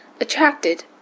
attracted